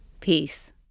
Peace